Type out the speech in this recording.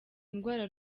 indwara